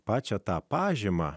pačią tą pažymą